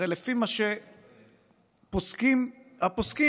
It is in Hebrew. הרי לפי מה שפוסקים הפוסקים,